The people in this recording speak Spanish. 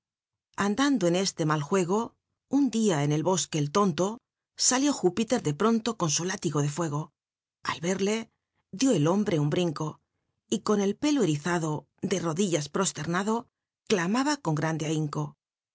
o en este mal juego un dia en el boque el tonto salió júpiter de pronto con su látigo tic fuego al verle dió c l hombre un brinco y con el pelo erizado de rodillas proslernado clamaba con grantle ahinco